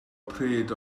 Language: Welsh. pryd